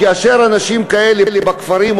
כאשר אנשים כאלה בכפרים,